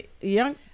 young